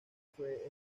fue